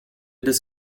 des